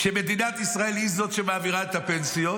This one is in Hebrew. כשמדינת ישראל היא זאת שמעבירה את הפנסיות,